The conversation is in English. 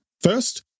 First